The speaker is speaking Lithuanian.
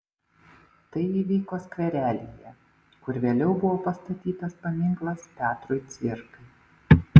tai įvyko skverelyje kur vėliau buvo pastatytas paminklas petrui cvirkai